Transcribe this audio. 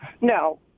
no